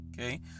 Okay